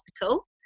hospital